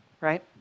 right